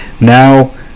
now